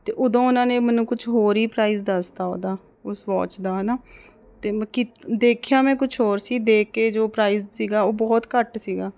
ਅਤੇ ਉਦੋਂ ਉਹਨਾਂ ਨੇ ਮੈਨੂੰ ਕੁਛ ਹੋਰ ਹੀ ਪ੍ਰਾਈਜ਼ ਦੱਸ ਤਾ ਉਹਦਾ ਉਸ ਵੋਚ ਦਾ ਹੈ ਨਾ ਅਤੇ ਮੈਂ ਕੀਤ ਦੇਖਿਆ ਮੈਂ ਕੁਛ ਹੋਰ ਸੀ ਦੇਖ ਕੇ ਜੋ ਪ੍ਰਾਈਜ ਸੀਗਾ ਉਹ ਬਹੁਤ ਘੱਟ ਸੀਗਾ